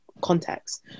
context